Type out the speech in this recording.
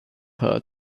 her